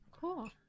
Cool